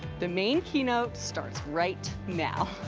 the main keynote starts right now.